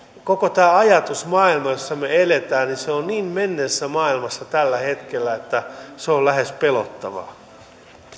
koko tämä ajatusmaailma jossa me elämme on niin menneessä maailmassa tällä hetkellä että se on lähes pelottavaa